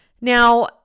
Now